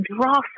draw